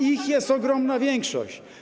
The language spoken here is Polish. Ich jest ogromna większość.